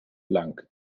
blank